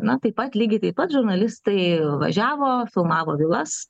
na taip pat lygiai taip pat žurnalistai važiavo filmavo vilas